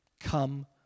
Come